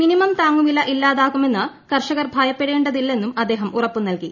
minimum താങ്ങുവില ഇല്ലാതാകുമെന്ന് കർഷകർ ഭയപ്പെടേണ്ടതില്ലെന്നും അദ്ദേഹം ഉറപ്പ് നൽകി